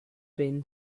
been